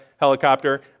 helicopter